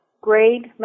grade